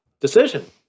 decision